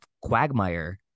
quagmire